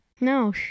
No